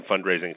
fundraising